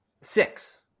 six